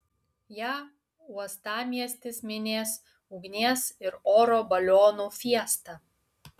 ją uostamiestis minės ugnies ir oro balionų fiesta